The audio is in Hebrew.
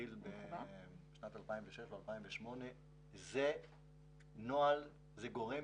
שהתחיל בשנת 2007 או 2008. זה גורם